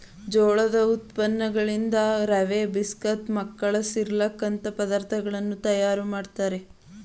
ಜೋಳದ ಉತ್ಪನ್ನಗಳಿಂದ ರವೆ, ಬಿಸ್ಕೆಟ್, ಮಕ್ಕಳ ಸಿರ್ಲಕ್ ಅಂತ ಪದಾರ್ಥಗಳನ್ನು ತಯಾರು ಮಾಡ್ತರೆ